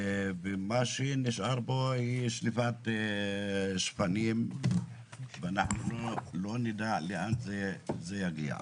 ומה שנשאר פה הוא שליפת שפנים ואנחנו לא נדע לאן זה יגיע.